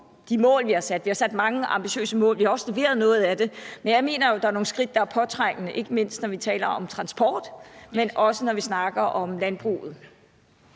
de mål, vi har sat. Vi har sat mange ambitiøse mål, og vi har også leveret noget af det. Men jeg mener jo, at der er nogle skridt, der er påtrængende, ikke mindst, når vi taler om transport, men også, når vi snakker om landbruget.